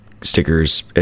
stickers